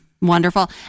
Wonderful